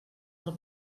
del